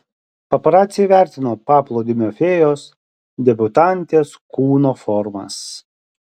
paparaciai įvertino paplūdimio fėjos debiutantės kūno formas